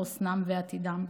חוסנם ועתידם.